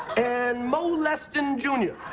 and moe lestin jr.